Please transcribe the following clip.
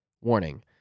Warning